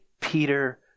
Peter